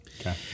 Okay